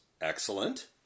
Excellent